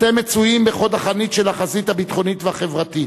אתם מצויים בחוד החנית של החזית הביטחונית והחברתית.